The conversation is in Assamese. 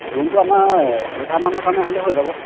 ৰুমটো আমাৰ এনিশামানৰ কাৰণে হ'লেই হৈ যাব